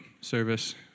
service